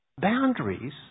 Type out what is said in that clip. Boundaries